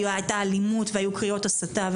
הייתה אלימות והיו קריאות הסתה.